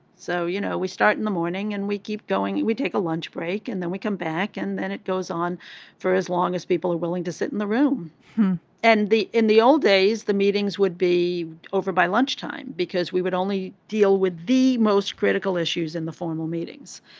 so you know we start in the morning and we keep going. we take a lunch break and then we come back and then it goes on for as long as people are willing to sit in the room and the in the old days the meetings would be over by lunchtime because we would only deal with the most critical issues in the formal meetings.